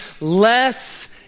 Less